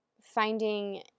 finding